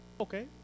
Okay